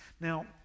Now